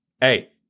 hey